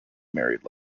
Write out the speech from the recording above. married